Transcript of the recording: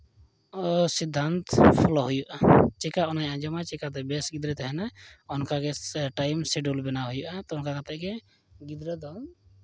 ᱥᱤᱫᱽᱫᱷᱟᱱᱛᱚ ᱯᱷᱳᱞᱳ ᱦᱩᱭᱩᱜᱼᱟ ᱪᱮᱠᱟ ᱩᱱᱤᱭ ᱟᱸᱡᱚᱢᱟ ᱪᱤᱠᱟᱹᱛᱮ ᱵᱮᱥ ᱜᱤᱫᱽᱨᱟᱹᱭ ᱛᱟᱦᱮᱱᱟ ᱚᱱᱠᱟᱜᱮ ᱴᱟᱭᱤᱢ ᱥᱤᱰᱩᱞ ᱵᱮᱱᱟᱣ ᱦᱩᱭᱩᱜᱼᱟ ᱛᱚ ᱚᱱᱠᱟ ᱠᱟᱛᱮᱫ ᱜᱮ ᱜᱤᱫᱽᱨᱟᱹ ᱫᱚ